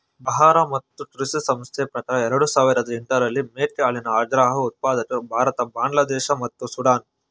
ಆಹಾರ ಮತ್ತು ಕೃಷಿ ಸಂಸ್ಥೆ ಪ್ರಕಾರ ಎರಡು ಸಾವಿರದ ಎಂಟರಲ್ಲಿ ಮೇಕೆ ಹಾಲಿನ ಅಗ್ರ ಉತ್ಪಾದಕರು ಭಾರತ ಬಾಂಗ್ಲಾದೇಶ ಮತ್ತು ಸುಡಾನ್